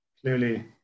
clearly